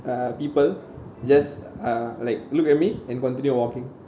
uh people just uh like look at me and continued walking